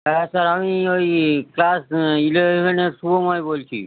হ্যাঁ স্যার আমি ওই ক্লাস ইলেভেনের শুভময় বলছি